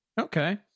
Okay